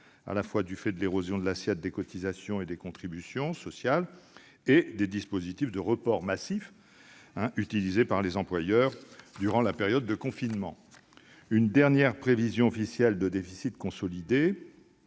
à la fois de l'érosion de l'assiette des cotisations et des contributions sociales et des dispositifs de reports massifs utilisés par les employeurs pendant le confinement ; une dernière prévision officielle de déficit consolidé